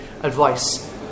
Advice